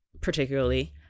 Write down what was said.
particularly